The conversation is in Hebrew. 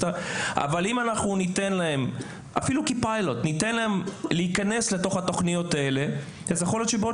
אם ניתן להם אפילו כפיילוט להיכנס לתוכניות האלה אז יכול להיות שבעוד